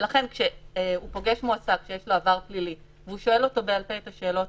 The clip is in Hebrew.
לכן כשהוא פוגש מועסק שיש לו עבר פלילי והוא שואל אותו בעל-פה את השאלות